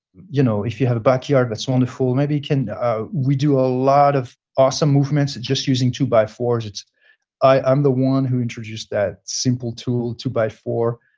you know if you have a back yard, that's wonderful. maybe you can ah we do a lot of awesome movements just using two by fours. it's i'm the one who introduced that simple tool, two by four.